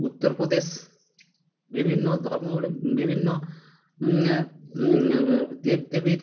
উত্তরপ্রদেশ বিভিন্ন ধর্মবলম বিভিন্ন দেব দেবীর